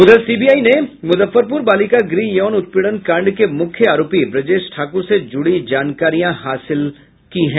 उधर सीबीआई मुजफ्फरपुर बालिका गृह यौन उत्पीड़न कांड के मुख्य आरोपी ब्रजेश ठाकुर से जुड़ी जानकारियॉ हासिल कर रही है